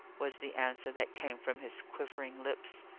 was the answer that came from his quivering lips.